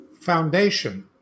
Foundation